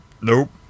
nope